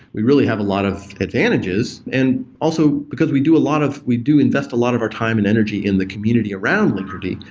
we really have a lot of advantages. and also, because we do a lot of we do invest a lot of our time and energy in the community around linkerd,